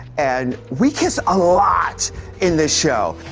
and we kiss a lot in this show.